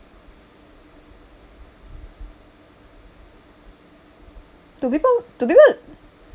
do people do people